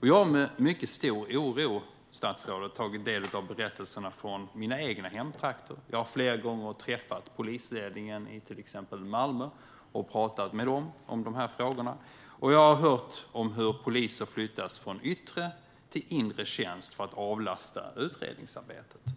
Jag har med mycket stor oro, statsrådet, tagit del av berättelserna från mina egna hemtrakter. Jag har flera gånger träffat polisledningen i till exempel Malmö och pratat med dem om de här frågorna. Jag har hört om hur poliser flyttas från yttre till inre tjänst för att avlasta utredningsarbetet.